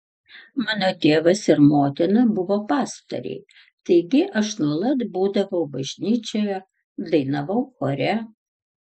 mano tėvas ir motina buvo pastoriai taigi aš nuolat būdavau bažnyčioje dainavau chore